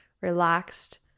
relaxed